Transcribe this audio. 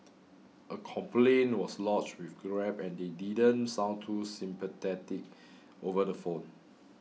a complaint was lodged with Grab and they didn't sound too sympathetic over the phone